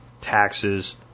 taxes